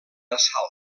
assalt